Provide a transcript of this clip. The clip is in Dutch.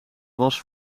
was